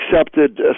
accepted